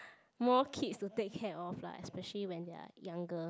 more kids to take care of lah especially when they're younger